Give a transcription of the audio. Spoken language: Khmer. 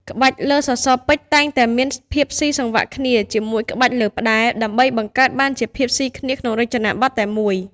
ក្បាច់លើសសរពេជ្រតែងតែមាន ភាពស៊ីសង្វាក់គ្នា ជាមួយក្បាច់លើផ្តែរ ដើម្បីបង្កើតបានជាភាពសុីគ្នាក្នុងរចនាបថតែមួយ។